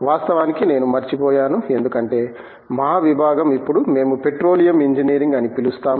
వాస్తవానికి నేను మర్చిపోయాను ఎందుకంటే మా విభాగం ఇప్పుడు మేము పెట్రోలియం ఇంజనీరింగ్ అని పిలుస్తాము